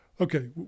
Okay